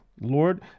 Lord